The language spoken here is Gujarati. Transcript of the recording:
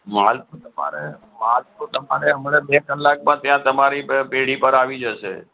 માલ તો તમારે માલ તો તમારે હમણાં બે કલાકમાં ત્યાં બે કલાકમાં તમારી પેઢી પર આવી જશે